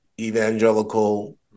evangelical